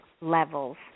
levels